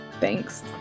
Thanks